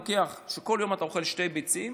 לוקח שכל יום אתה אוכל שתי ביצים,